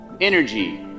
energy